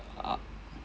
ah